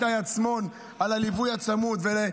על הליווי הצמוד,